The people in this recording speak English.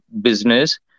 business